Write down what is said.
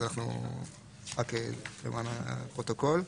נגיד את זה בשביל הפרוטוקול.